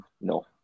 no